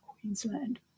Queensland